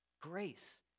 Grace